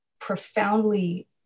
profoundly